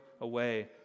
away